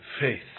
faith